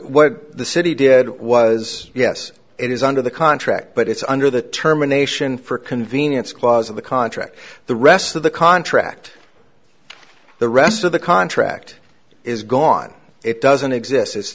what the city did was yes it is under the contract but it's under the terminations for convenience clause of the contract the rest of the contract the rest of the contract is gone it doesn't exist